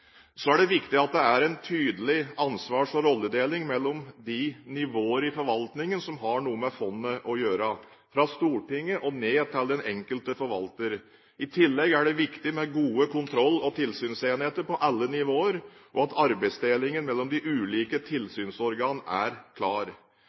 Så er det viktig at det er en tydelig ansvars- og rolledeling mellom de nivåer i forvaltningen som har noe med fondet å gjøre, fra Stortinget og ned til den enkelte forvalter. I tillegg er det viktig med gode kontroll- og tilsynsenheter på alle nivåer, og at arbeidsdelingen mellom de ulike